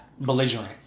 belligerent